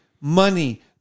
money